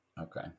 okay